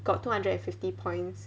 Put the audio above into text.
got two hundred and fifty points